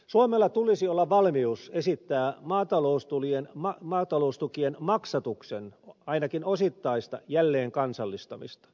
suomella tulisi olla valmius esittää maataloustukien maksatuksen ainakin osittaista jälleenkansallistamista